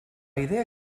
idea